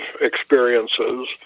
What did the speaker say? experiences